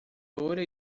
loira